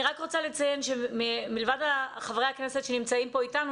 אני רק רוצה לציין שמלבד חברי הכנסת שנמצאים פה איתנו,